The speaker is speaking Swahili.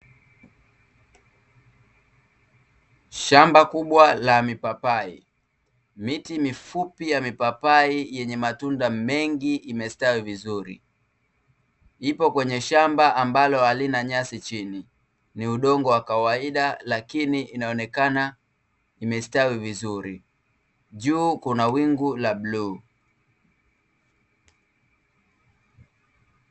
Shamba kubwa la mipapai, miti mifupi ya mipapai yenye matunda mengi imestawi vizuri. Ipo kwenye shamba ambalo halina nyasi chini. Ni udongo wa kawaida lakini inaonekana imestawi vizuri. Juu kuna wingu la bluu.